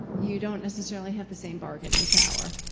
you don't necessarily have the same bargaining power.